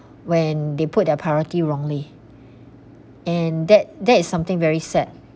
when they put their priority wrongly and that there is something very sad